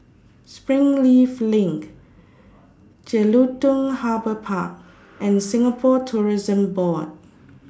Springleaf LINK Jelutung Harbour Park and Singapore Tourism Board